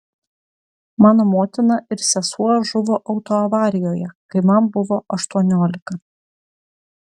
mano motina ir sesuo žuvo autoavarijoje kai man buvo aštuoniolika